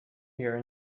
here